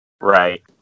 Right